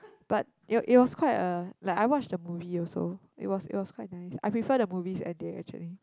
but it was it was quite a like I watched the movie also it was it was quite nice I prefer the movie's ending actually